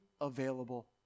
available